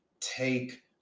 take